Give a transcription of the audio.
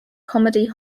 comedy